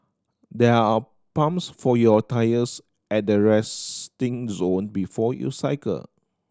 there are pumps for your tyres at the resting zone before you cycle